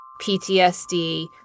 PTSD